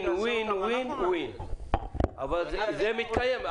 זה מתקיים.